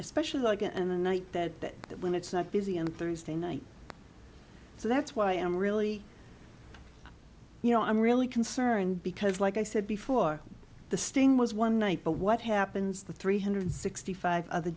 especially like and the night that when it's not busy on thursday night so that's why i am really you know i'm really concerned because like i said before the sting was one night but what happens the three hundred sixty five other